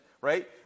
right